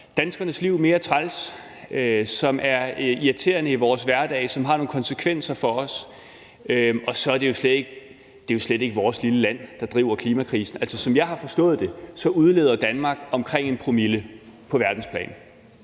danskernes liv mere træls, som er irriterende i vores hverdag, og som har nogle konsekvenser for os. Og så er det jo slet ikke vores lille land, der driver klimakrisen. Altså, som jeg har forstået det, udleder Danmark omkring 1 promille på verdensplan.